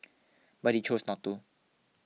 but he chose not to